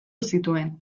zituen